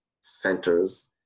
centers